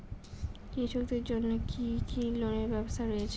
কৃষকদের জন্য কি কি লোনের ব্যবস্থা রয়েছে?